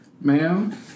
ma'am